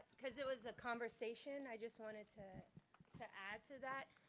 cause it was a conversation, i just wanted to to add to that.